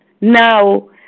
now